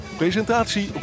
presentatie